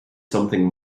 something